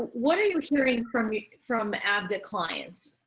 what are you hearing from from avda clients?